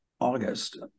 August